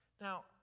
Now